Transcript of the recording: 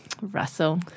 Russell